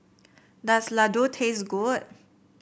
does Ladoo taste good